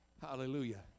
Hallelujah